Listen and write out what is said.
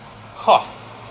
[ho]